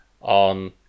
on